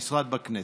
גם משרד בכנסת.